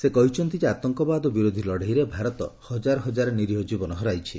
ସେ କହିଛନ୍ତି ଯେ ଆତଙ୍କବାଦ ବିରୋଧୀ ଲଢେଇରେ ଭାରତ ହଜାର ହଜାର ନିରୀହ ଜୀବନ ହରାଇଛି